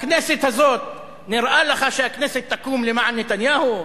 בכנסת הזאת נראה לך שהכנסת תקום למען נתניהו,